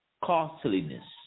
costliness